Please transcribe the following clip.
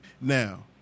Now